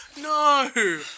No